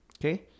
Okay